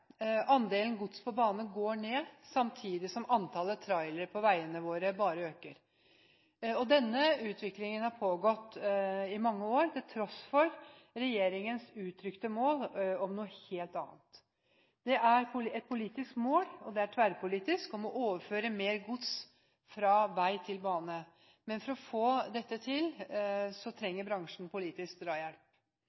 Andelen gods på bane går ned, samtidig som antallet trailere på veiene våre bare øker. Denne utviklingen har pågått i mange år, til tross for regjeringens uttrykte mål om noe helt annet. Det er et politisk mål – og det er tverrpolitisk – å overføre mer gods fra vei til bane. Men for å få dette til